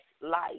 life